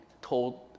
told